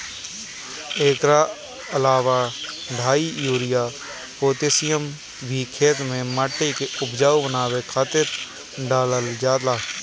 एकरा अलावा डाई, यूरिया, पोतेशियम भी खेते में माटी के उपजाऊ बनावे खातिर डालल जाला